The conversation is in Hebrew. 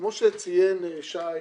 כמו שציין שי